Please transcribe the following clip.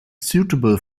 suitable